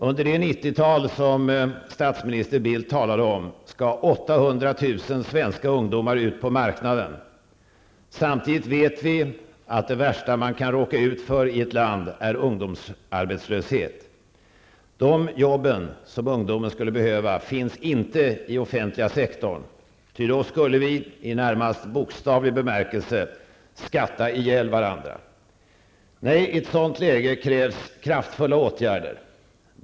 Under det 90-tal som statsminister Carl Bildt talade om skall 800 000 svenska ungdomar ut på marknaden. Samtidigt vet vi att det värsta man kan råka ut för i ett land är ungdomsarbetslöshet. Jobben, som ungdomen skulle behöva, finns inte i den offentliga sektorn, ty då skulle vi i närmast bokstavlig bemärkelse skatta ihjäl varandra. Nej, i ett sådant läge krävs kraftfulla åtgärder.